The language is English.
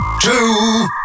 two